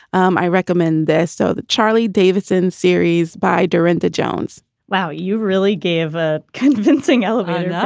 um i recommend this so that charlie davidson series by durant to jones wow, you really gave a convincing elevator. yeah